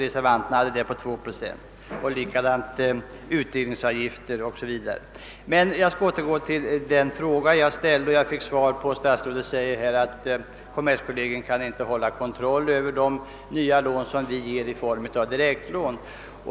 Utredningen föreslog ju en förlusttäckningsavgift på 3 procent, medan Men jag skall återgå till den fråga jag ställde och som jag fick svar på. Statsrådet säger att kommerskollegium inte kan hålla kontroll över de nya lån som vi ger i form av direktlån.